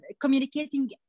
communicating